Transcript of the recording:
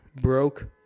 broke